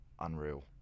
unreal